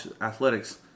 athletics